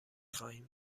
خواهیم